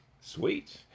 Sweet